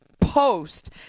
post